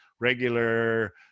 regular